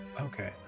okay